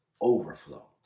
overflow